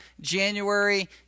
January